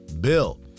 bill